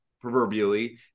proverbially